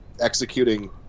executing